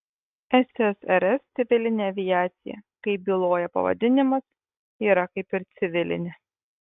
ssrs civilinė aviacija kaip byloja pavadinimas yra kaip ir civilinė